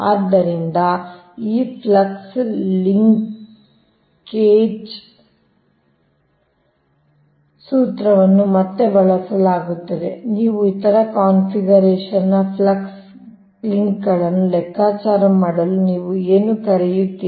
ಆದ್ದರಿಂದ ಈ flux linkage ಸೂತ್ರವನ್ನು ಮತ್ತೆ ಬಳಸಲಾಗುತ್ತದೆ ನೀವು ಇತರ ಕಾನ್ಫಿಗರೇಶನ್ ನ ಫ್ಲಕ್ಸ್ಲಿಂಕ್ಗಳನ್ನು ಲೆಕ್ಕಾಚಾರ ಮಾಡಲು ನೀವು ಏನು ಕರೆಯುತ್ತೀರಿ